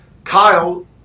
kyle